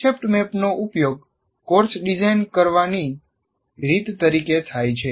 concept મેપનો ઉપયોગ course design કરવાની રીત તરીકે થાય છે